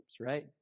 right